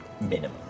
Minimum